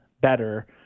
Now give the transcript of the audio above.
better